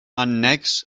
annex